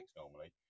normally